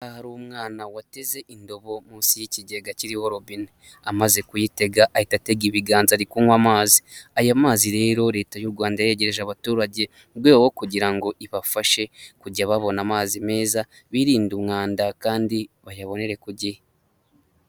Bisa n'aho ari umwana wateze indobo munsi y'ikigega kiriho robine. Amaze kuyitega, ahita atega ibiganza ari kunywa amazi. Aya mazi rero Leta y'u Rwanda yayegereje abaturage, mu rwego kugira ngo ibafashe kujya babona amazi meza, birinde umwanda kandi bayabonere ku gihe.